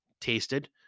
tasted